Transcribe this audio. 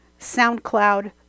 SoundCloud